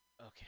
Okay